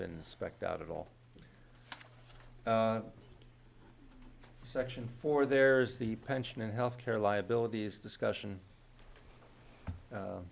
been specked out at all section four there's the pension and health care liabilities discussion